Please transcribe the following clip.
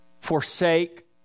forsake